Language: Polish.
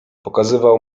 pokazywał